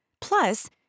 Plus